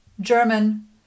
German